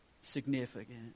significant